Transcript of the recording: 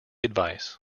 advice